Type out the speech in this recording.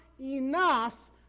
enough